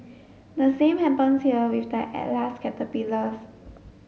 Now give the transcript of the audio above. the same happens here with the Atlas caterpillars